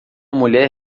mulher